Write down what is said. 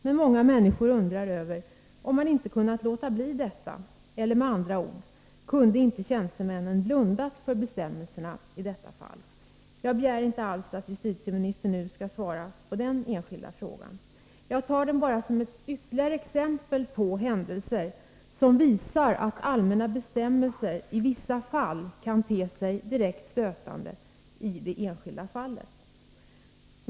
Men många männsikor undrar över om man inte kunnat låta bli detta, eller med andra ord: Kunde inte tjänstemännen ha blundat för bestämmelserna i detta fall? Jag begär inte alls att justitieministern nu skall svara på den enskilda frågan. Jag tar den bara som ett ytterligare exempel på händelser som visar att allmänna bestämmelser i vissa fall kan te sig direkt stötande i det enskilda fallet.